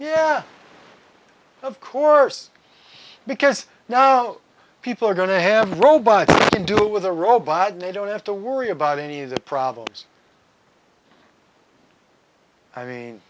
yeah of course because now people are going to have robots to do it with a robot and they don't have to worry about any of the problems i mean